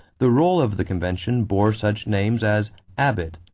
the roll of the convention bore such names as abbot,